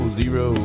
zero